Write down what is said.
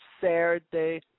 Saturday